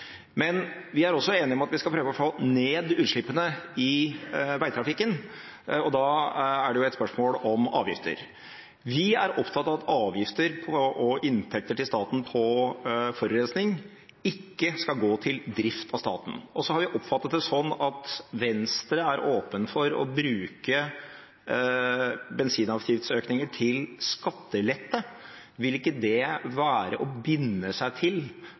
Men vi er også enige om at vi skal prøve å få ned utslippene i veitrafikken, og da er det jo et spørsmål om avgifter. Vi er opptatt av at avgifter på og inntekter til staten av forurensning ikke skal gå til drift av staten. Vi har oppfattet det sånn at Venstre er åpen for å bruke bensinavgiftsøkninger til skattelette. Vil ikke det være å binde seg til